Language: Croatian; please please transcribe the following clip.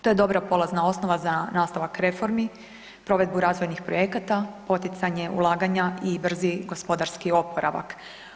To je dobra polazna osnova za nastavak reformi, provedbu razvojnih projekata, poticanje ulaganja i brzi gospodarski oporavak.